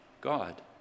God